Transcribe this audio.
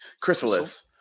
Chrysalis